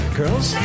girls